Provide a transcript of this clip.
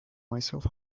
myself